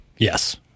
Yes